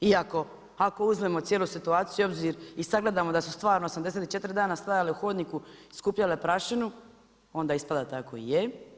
Iako ako uzmemo cijelu situaciju u obzir i sagledamo da su stvarno 84 dana stajale u hodniku i skupljale prašinu, onda ispada da tako i je.